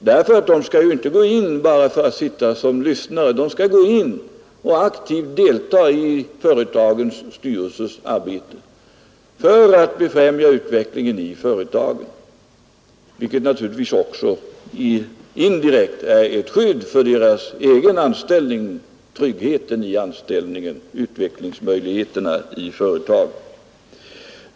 De anställdas representanter skall inte bara sitta som lyssnare utan skall gå in och aktivt deltaga i företagsstyrelsernas arbete för att befrämja utvecklingen i företagen, vilket naturligtvis också indirekt är ett skydd för deras egen anställningstrygghet och för utvecklingsmöjligheterna i företagen.